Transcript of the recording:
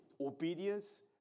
obedience